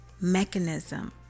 mechanism